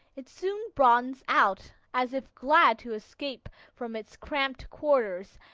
it soon broadens out as if glad to escape from its cramped quarters,